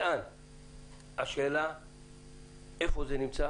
השאלה איפה זה נמצא